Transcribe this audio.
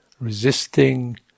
resisting